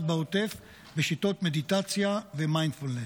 בעוטף בשיטות מדיטציה ומיינדפולנס.